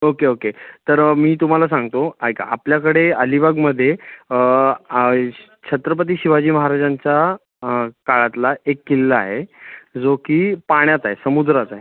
okay okay तर मी तुम्हाला सांगतो ऐका आपल्याकडे अलिबागमध्ये आइश छत्रपती शिवाजी महाराजांचा काळातला एक किल्ला आहे जो की पाण्यात आहे समुद्रात आहे